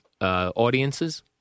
audiences